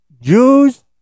Jews